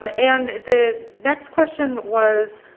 um and the next question was,